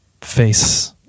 face